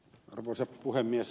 arvoisa puhemies